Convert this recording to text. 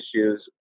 issues